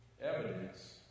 evidence